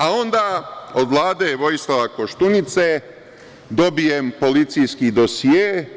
A onda od Vlade Vojislava Koštunice dobijem policijski dosije.